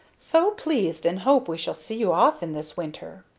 so pleased, and hope we shall see you often this winter.